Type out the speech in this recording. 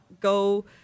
go